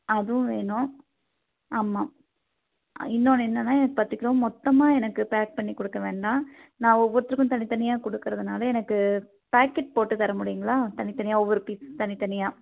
அதுவும் வேணும் ஆமாம் இன்னொன்னு என்னென்னா எனக்கு பத்துக்கிலோவும் மொத்தமாக எனக்கு பேக் பண்ணி கொடுக்க வேண்டாம் நான் ஒவ்வொருத்தருக்கும் தனித்தனியாக கொடுக்கறதனால எனக்கு பேக்கெட் போட்டு தரமுடியுங்களா தனித்தனியாக ஒவ்வொரு பீஸ் தனித்தனியாக